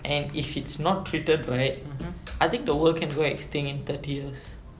and if it's not treated right I think the world can go extinct in thirty years